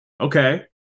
Okay